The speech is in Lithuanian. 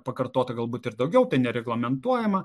pakartota galbūt ir daugiau tai nereglamentuojama